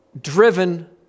driven